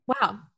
Wow